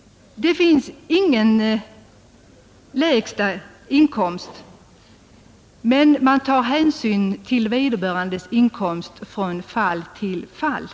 Det finns ingen lägsta inkomstgräns utan man tar hänsyn till sökandes återbetalningsförmåga från fall till fall.